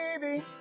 baby